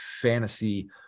fantasy